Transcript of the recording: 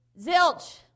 Zilch